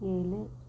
ஏழு